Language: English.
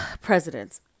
presidents